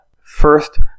First